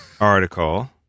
article